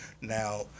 now